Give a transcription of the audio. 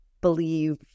believe